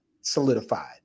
solidified